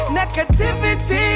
negativity